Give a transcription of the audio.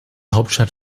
hauptstadt